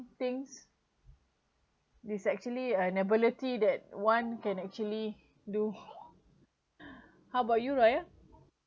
things is actually an ability that one can actually do how about you raya